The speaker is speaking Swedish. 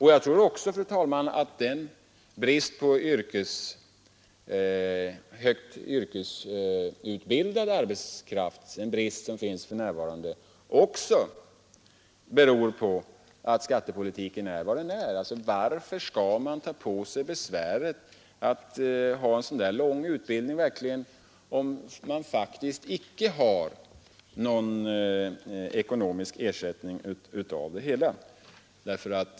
Jag tror också, fru talman, att den brist som för närvarande finns på högt utbildad arbetskraft också beror på den nuvarande skattepolitiken. Man frågar sig varför man skall ta på sig besväret med lång utbildning, om det ändå inte 89 blir någon ekonomisk ersättning för det hela.